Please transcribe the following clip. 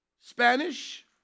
Spanish